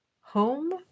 home